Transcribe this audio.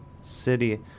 City